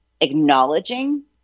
acknowledging